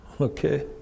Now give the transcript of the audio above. Okay